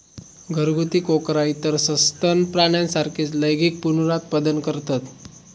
घरगुती कोकरा इतर सस्तन प्राण्यांसारखीच लैंगिक पुनरुत्पादन करतत